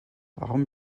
warum